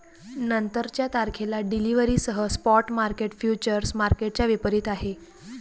नंतरच्या तारखेला डिलिव्हरीसह स्पॉट मार्केट फ्युचर्स मार्केटच्या विपरीत आहे